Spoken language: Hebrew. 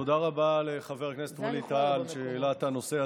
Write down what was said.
תודה רבה לחבר הכנסת ווליד טאהא על שהעלה את הנושא הזה.